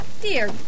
Dear